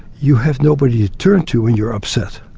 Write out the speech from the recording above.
you have nobody to turn to when you're upset.